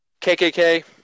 KKK